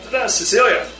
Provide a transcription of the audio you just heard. Cecilia